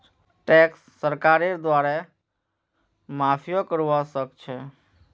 tax सरकारेर द्वारे माफियो करवा सख छ